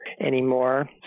anymore